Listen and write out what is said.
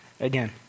again